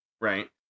Right